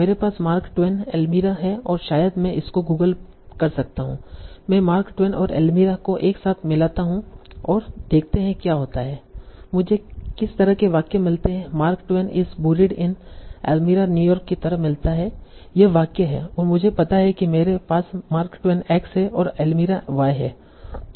मेरे पास Mark Twain Elmira है और शायद मैं इसको गूगल कर सकता हूं मै मार्क ट्वेन और एल्मिरा को एक साथ मिलाता हु और देखते है क्या होता है मुझे किस तरह के वाक्य मिलते हैं Mark Twain is buried in Elmira न्यूयॉर्क की तरह मिलता है यह वाक्य है और मुझे पता है कि मेरे पास मार्क ट्वैन X है और एल्मिरा Y है